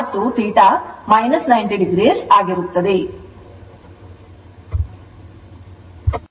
ಮತ್ತು θ 90o ಆಗಿರುತ್ತದೆ